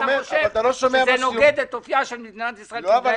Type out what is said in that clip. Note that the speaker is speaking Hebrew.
אתה חושב שזה נוגד את אופייה של מדינת ישראל כמדינה